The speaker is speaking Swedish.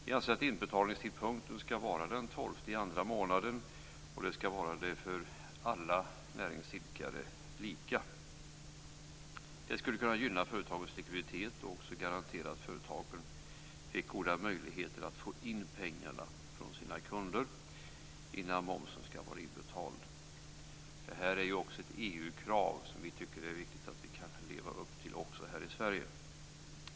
Vi anser att inbetalningspunkten skall vara den 12:e i andra månaden, och den skall vara lika för alla näringsidkare. Det skulle kunna gynna företagens likviditet och garantera att företagen fick goda möjligheter att få in pengarna från sina kunder innan momsen skall vara inbetald. Det här är också ett EU-krav, som vi tycker att det är viktigt att leva upp till också här i Sverige.